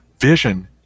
vision